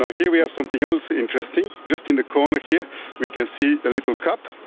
ah here we have something else interesting. just in the corner here we can see a little cup.